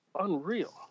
unreal